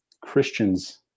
Christians